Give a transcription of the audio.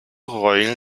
royal